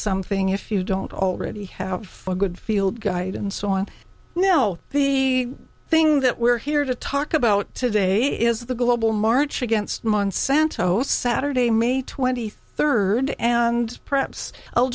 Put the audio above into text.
something if you don't already have a good field guide and so on now be thing that we're here to talk about today is the global march against monsanto saturday may twenty third and perhaps i'll